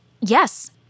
Yes